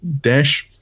dash